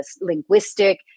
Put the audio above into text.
linguistic